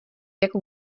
jako